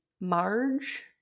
Marge